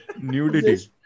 Nudity